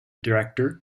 director